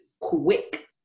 quick